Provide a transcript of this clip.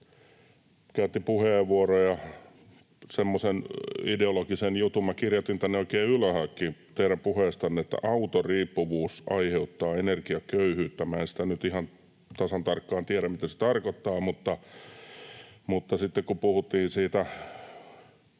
käytti puheenvuoron ja sanoi semmoisen ideologisen jutun — minä kirjoitin tänne oikein ylhäällekin teidän puheestanne — että, ”autoriippuvuus aiheuttaa energiaköyhyyttä”. Minä en nyt ihan tasan tarkkaan tiedä, mitä se tarkoittaa. Mutta kun sitten puhuttiin siitä